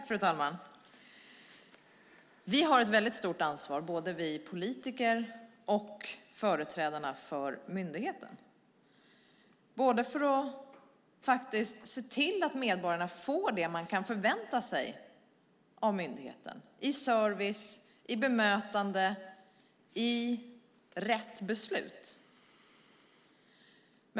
Fru talman! Både politiker och myndighetsföreträdare har ett stort ansvar. Vi måste se till att medborgarna får det de kan förvänta sig av myndigheten när det gäller service, bemötande och rätt beslut.